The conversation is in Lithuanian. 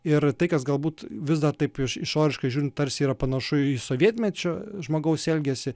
ir tai kas galbūt vis dar taip išoriškai žiūrint tarsi yra panašu į sovietmečio žmogaus elgesį